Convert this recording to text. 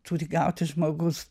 turi gauti žmogus